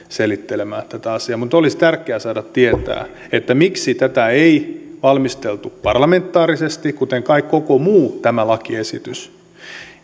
selittelemään tätä asiaa mutta olisi tärkeää saada tietää miksi tätä ei valmisteltu parlamentaarisesti kuten kai tämä koko muu lakiesitys